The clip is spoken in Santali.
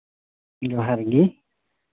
ᱡᱚᱦᱟᱨ ᱜᱮ